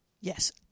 yes